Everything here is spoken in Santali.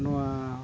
ᱱᱚᱣᱟ